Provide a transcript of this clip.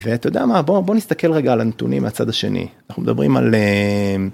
אתה יודע מה בוא נסתכל רגע על הנתונים מהצד השני אנחנו מדברים על.